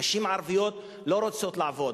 נשים ערביות לא רוצות לעבוד,